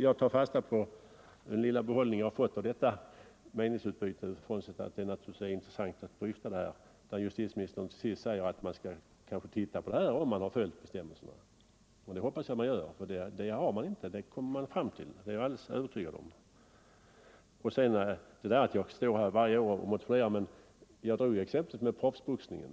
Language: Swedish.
Jag tar fasta på den lilla behållning jag har fått av detta meningsutbyte —- frånsett att det är intressant att dryfta det här ämnet — att justitie ministern till slut sade att man inom departementet skall undersöka om bestämmelserna följs. Det hoppas jag att man gör, och att man då kommer fram till att bestämmelserna inte följs är jag alldeles övertygad om. Justitieministern sade att jag motionerar om detta år efter år. Jag nämnde då exemplet med proffsboxning, som